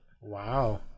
Wow